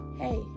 Hey